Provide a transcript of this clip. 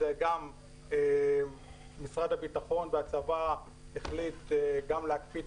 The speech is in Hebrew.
משרד הביטחון והצבא החליט להקפיא את